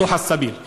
הדרך ברורה).